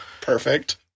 Perfect